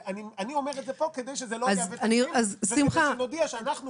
אני אומר את זה פה כדי שזה יהווה תקדים וכדי שנודיע שאנחנו